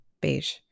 beige